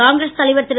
காங்கிரஸ் தலைவர் திரு